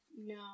No